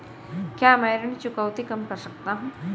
क्या मैं ऋण चुकौती कम कर सकता हूँ?